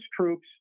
troops